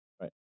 right